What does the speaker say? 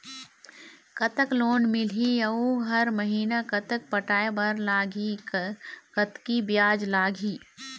कतक लोन मिलही अऊ हर महीना कतक पटाए बर लगही, कतकी ब्याज लगही?